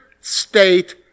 state